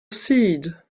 seed